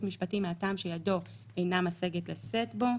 משפטי מהטעם שידו אינה משגת לשאת בו,